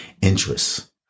interests